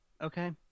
Okay